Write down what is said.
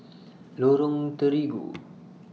Lorong Terigu